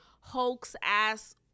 hoax-ass